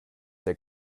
der